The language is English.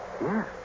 Yes